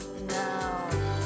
now